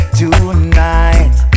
tonight